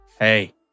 Hey